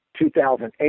2008